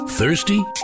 Thirsty